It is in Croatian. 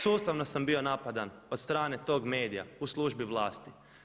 Sustavno sam bio napadan od strane tog medija u službi vlasti.